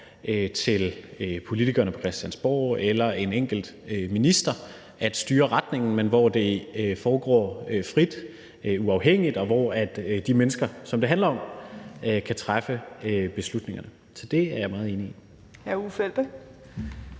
til politikerne på Christiansborg eller en enkelt minister at styre retningen, men hvor det foregår frit og uafhængigt, og hvor de mennesker, som det handler om, kan træffe beslutningerne. Så det er jeg meget enig i.